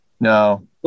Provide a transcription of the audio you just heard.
No